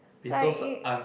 like it